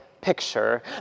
picture